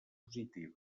positiva